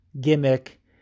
gimmick